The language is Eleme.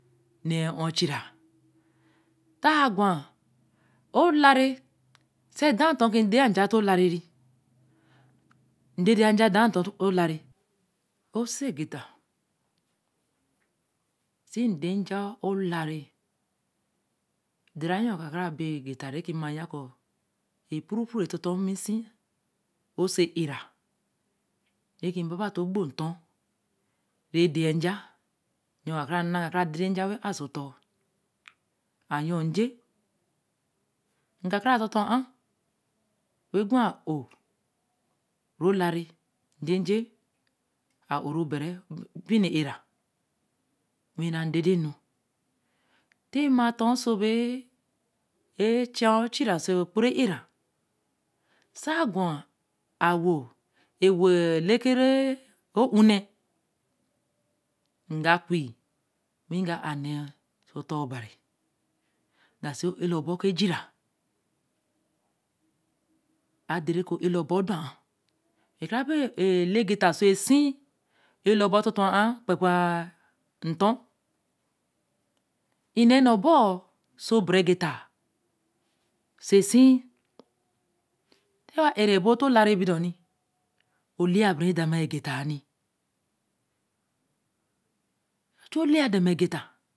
ne ho chie re taā gwa olure se daā bi n deyen nja to lara re, ndede nja daā torolate ose geta, sicler nja olare de reyo ka kara be e geta re ki mayen ko e poru poru e tor tor mise o so era re ki ba ba toō gbo ntor, re der yen nja yo ka kara new iga der nja wen a so ton, a yon nje, nga kare tor tor ar gwa ā-ō re olaye nje ā-ō ree bere biḿ ē ra wi era nde de nu tima tor so bē e cha o j xhie re so koru geta, se gwa ē-wo elekere re u le nja kur wiga a r ne so ton obari ga si ela bo oku ejira ade re ke ela orbo ator ar, ka re be e ne geta so sie, elabo tor tor ar ekpar kpar e, tor e nana no so bere ge ta so sie te wae bo to laye bo dor ni, oleya bere da ma̅a egeta mi chu oleya da ma egeta